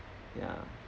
ya